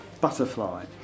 Butterfly